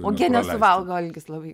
uogienes suvalgo algis labai